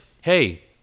hey